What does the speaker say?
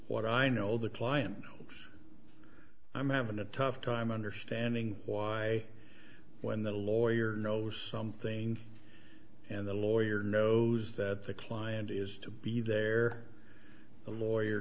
what i know the client i'm having a tough time understanding why when the lawyer knows something and the lawyer knows that the client is to be there the